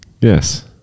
Yes